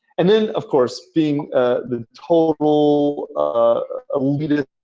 and then, of course, being ah the total ah elitist